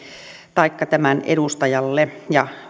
taikka tämän edustajalle